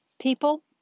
people